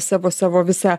savo savo visą